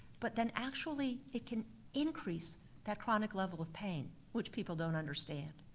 but then actually it can increase that chronic level of pain, which people don't understand.